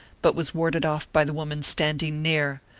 but was warded off by the woman standing near.